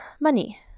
Money